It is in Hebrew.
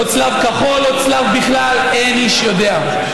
לא צלב כחול, לא צלב בכלל, אין איש יודע.